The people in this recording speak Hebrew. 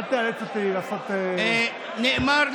אל תאלץ אותי לעשות, נאמר לי,